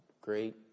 great